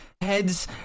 heads